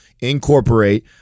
incorporate